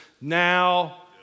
now